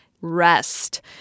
rest